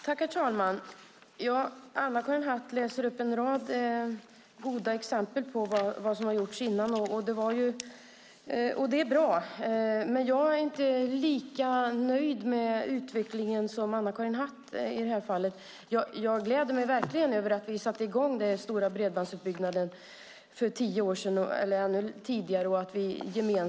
Herr talman! Anna-Karin Hatt läser upp en rad goda exempel på vad som har gjorts tidigare, och det är bra. Men jag är inte lika nöjd med utvecklingen som Anna-Karin Hatt i det här fallet. Jag gläder mig verkligen över att vi satte i gång den stora bredbandsutbyggnaden för tio år sedan eller ännu tidigare.